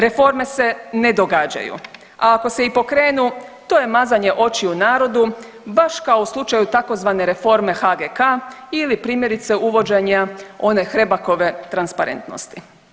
Reforme se ne događaju, a ako se i pokrenu, to je mazanje očiju narodu, baš kao u slučaju tzv. reforme HGK ili primjerice, uvođenja one Hrebakove transparentnosti.